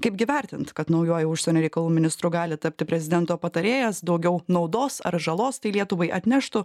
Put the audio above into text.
kaipgi vertini kad naujuoju užsienio reikalų ministru gali tapti prezidento patarėjas daugiau naudos ar žalos tai lietuvai atneštų